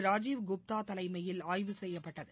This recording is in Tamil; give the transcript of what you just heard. ராஜீவ் குப்தா தலைமையில் ஆய்வு செய்யப்பட்டது